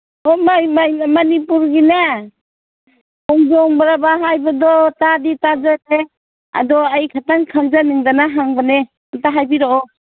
ꯃꯅꯤꯄꯨꯔꯒꯤꯅꯦ ꯈꯣꯡꯖꯣꯝ ꯄꯔꯕ ꯍꯥꯏꯕꯗꯣ ꯇꯥꯗꯤ ꯇꯥꯖꯔꯦ ꯑꯗꯣ ꯑꯩ ꯈꯤꯇꯪ ꯈꯪꯖꯅꯤꯡꯗꯅ ꯍꯪꯕꯅꯦ ꯑꯝꯇ ꯍꯥꯏꯕꯤꯔꯛꯑꯣ